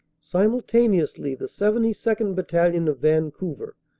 simultaneously the seventy second. battalion, of vancouver,